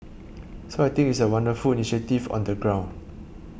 so I think it's a wonderful initiative on the ground